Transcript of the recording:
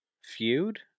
feud